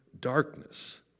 darkness